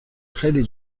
خیلی